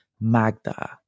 Magda